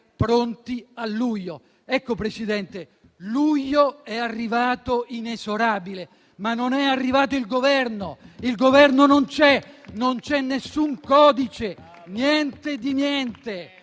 pronti a luglio» Ecco, Presidente, luglio è arrivato inesorabile, ma non è arrivato il Governo! Nessuna traccia, il Governo non c'è! Non c'è nessun codice, niente di niente.